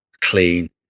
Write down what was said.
Clean